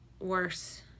Worse